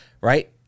right